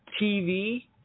TV